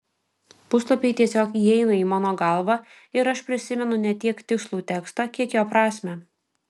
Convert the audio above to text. puslapiai tiesiog įeina į mano galvą ir aš prisimenu ne tiek tikslų tekstą kiek jo prasmę